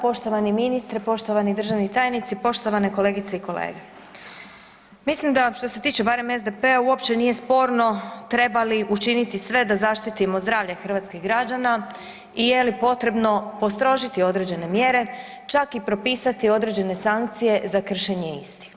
Poštovani ministre, poštovani državni tajnici, poštovane kolegice i kolege, mislim da što se tiče barem SDP-a uopće nije sporno treba li učiniti sve da zaštitimo zdravlje hrvatskih građana i je li potrebno postrožiti određene mjere, čak i propisati određene sankcije za kršenje istih.